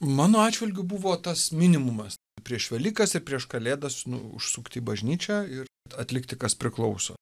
mano atžvilgiu buvo tas minimumas prieš velykas ir prieš kalėdas nu užsukti į bažnyčią ir atlikti kas priklauso